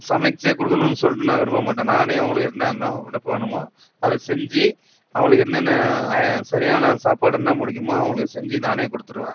சமைச்சிக் கொடுக்கணும் சொல்லிட்டு நான் விரும்ப மாட்டேன் நானே அவங்களுக்கு என்ன என்ன இது வேணுமோ அதை செஞ்சு அவங்களுக்கு என்னென்ன அய சரியான சாப்பாடு என்ன பிடிக்குமோ அவங்களுக்கு செஞ்சு நானே கொடுத்துருவேன்